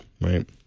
Right